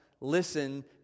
listen